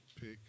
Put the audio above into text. pick